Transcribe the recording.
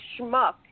schmuck